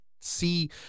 see